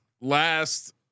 last